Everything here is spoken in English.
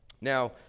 Now